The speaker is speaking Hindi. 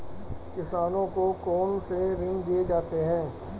किसानों को कौन से ऋण दिए जाते हैं?